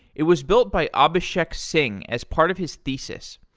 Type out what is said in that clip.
it was built by abhishek singh as part of his thesis.